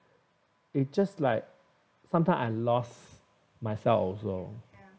it's just like sometimes I lost myself also